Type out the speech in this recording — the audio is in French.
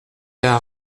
d’un